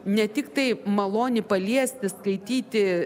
ne tiktai maloni paliesti skaityti